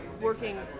working